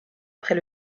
après